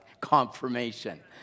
confirmation